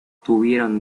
tuvieron